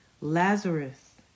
Lazarus